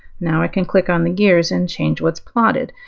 now i can click on the gears and change what's plotted.